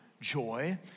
joy